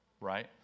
right